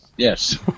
Yes